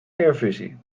kernfusie